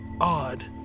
odd